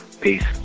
Peace